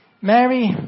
Mary